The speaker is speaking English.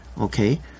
Okay